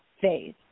phase